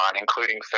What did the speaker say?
including